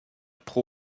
pro